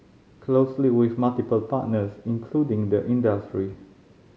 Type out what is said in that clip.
closely with multiple partners including the industry